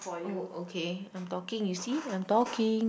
oh okay I am talking you see I am talking